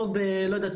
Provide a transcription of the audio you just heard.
פה בלא יודעת,